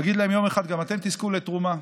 יום אחד גם אתם תזכו לתרומה.